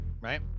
Right